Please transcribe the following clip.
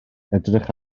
edrych